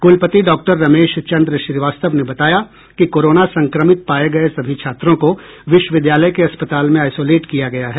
कुलपति डाक्टर रमेश चंद्र श्रीवास्तव ने बताया कि कोरोना संक्रमित पाये गये सभी छात्रों को विश्वविद्यालय के अस्पताल में आइसोलेट किया गया है